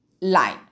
line